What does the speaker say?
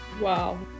Wow